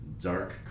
Dark